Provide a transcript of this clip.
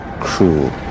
cruel